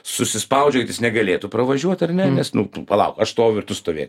susispaudžiantys negalėtų pravažiuot ar ne nes nu palauk aš stoviu ir tu stovėk